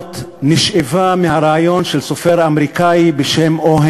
הבננות נשאבה מהרעיון של סופר אמריקני בשם או.